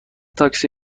تاکسی